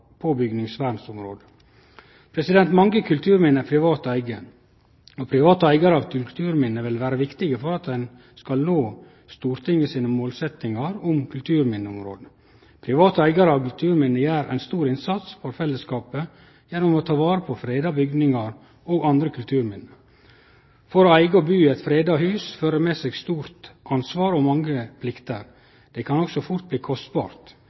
på på bygningsvernområdet. Mange kulturminne er i privat eige, og private eigarar av kulturminne vil vere viktige for at vi skal nå Stortingets målsetjingar på kulturminneområdet. Private eigarar av kulturminne gjer ein stor innsats for fellesskapet gjennom å ta vare på freda bygningar og andre kulturminne. Det å eige og bu i eit freda hus fører med seg stort ansvar og mange plikter. Det kan også fort bli kostbart.